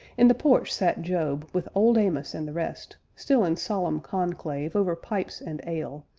in the porch sat job, with old amos and the rest, still in solemn conclave over pipes and ale,